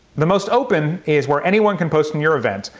the most open is where anyone can post in your event.